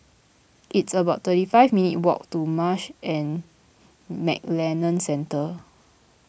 it's about thirty five minutes' walk to Marsh and McLennan Centre